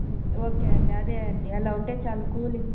okay అండీ అదే అండీ అలా ఉంటే చాలు కూలింగ్